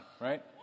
right